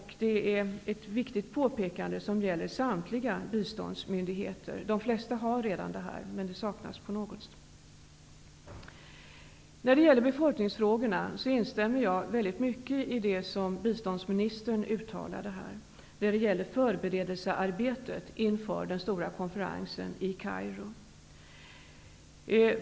Det är ett viktigt påpekande som gäller samtliga biståndsmyndigheter. De flesta myndigheter har en strategi, men det saknas hos vissa. När det gäller befolkningsfrågorna instämmer jag i mycket av det som biståndsministern uttalade i fråga om förberedelsearbetet inför den stora konferensen i Kairo.